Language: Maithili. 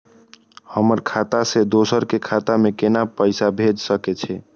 हमर खाता से दोसर के खाता में केना पैसा भेज सके छे?